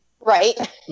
Right